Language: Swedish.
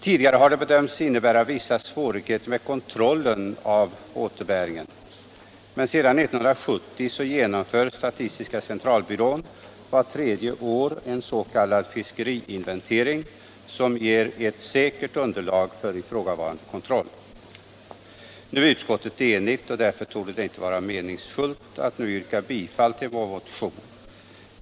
Tidigare har det bedömts vara vissa svårigheter med kontrollen av återbäringen, men sedan 1970 genomför statistiska centralbyrån vart tredje år en s.k. fiskeriinventering, som ger ett säkert underlag för ifrågavarande kontroll. Nu är utskottet enigt, och därför torde det inte vara meningsfullt att yrka bifall till vår motion.